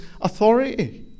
authority